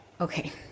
okay